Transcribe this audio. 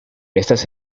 estas